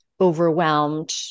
overwhelmed